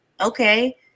okay